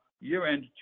year-end